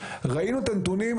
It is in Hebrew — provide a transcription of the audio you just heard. ראינו את הנתונים,